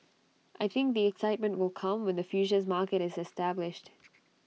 I think the excitement will come when the futures market is established